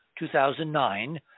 2009